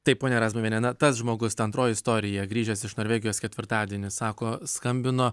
taip ponia razmuviene na tas žmogus ta antroji istorija grįžęs iš norvegijos ketvirtadienį sako skambino